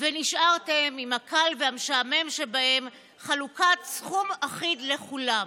ונשארתם עם הקל והמשעמם שבהם: חלוקת סכום אחיד לכולם,